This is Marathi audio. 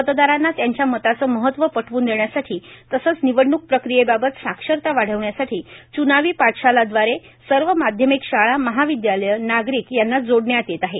मतदारांना त्यांच्या मताचे महत्व पटवून देण्यासाठी तसंच निवडणूक प्रक्रियेबाबत साक्षरता वाढविण्यासाठी च्नावी पाठशालाद्वारे सर्व माध्यमिक शाळा महाविद्यालये नागरिक यांना जोडण्यात येत आहे